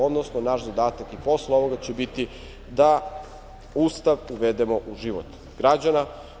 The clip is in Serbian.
Odnosno, naš zadatak i posle ovoga će biti da Ustav uvedemo u život građana.